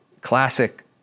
classic